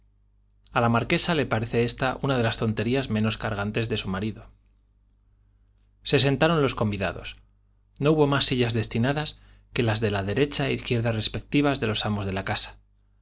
a la marquesa le parece esta una de las tonterías menos cargantes de su marido se sentaron los convidados no hubo más sillas destinadas que las de la derecha e izquierda respectivas de los amos de la casa